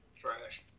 Trash